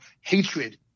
hatred